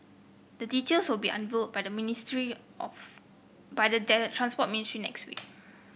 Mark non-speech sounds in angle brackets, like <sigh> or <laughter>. the details will be unveiled by ministry of by the <unintelligible> Transport Ministry next week